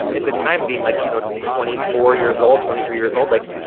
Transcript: at the time, being, like, you know, twenty four years old, twenty three years old, like,